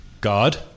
God